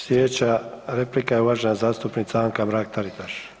Slijedeća replika je uvažena zastupnica Anka Mrak-Taritaš.